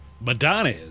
Madonna